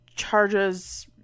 charges